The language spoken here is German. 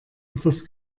etwas